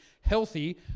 healthy